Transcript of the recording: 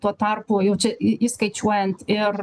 tuo tarpu jau čia į įskaičiuojant ir